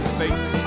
face